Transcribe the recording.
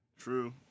True